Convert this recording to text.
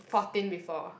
fourteen before